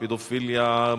פדופיליה,